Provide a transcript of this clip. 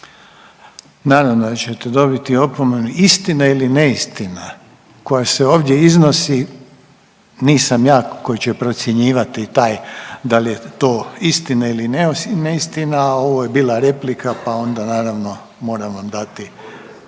Naravno da ćete dobiti opomenu. Istina ili neistina koja se ovdje iznosi, nisam ja koji će procjenjivati taj, da li je to istina ili neistina, a ovo je bila replika, pa onda naravno, moram vam dati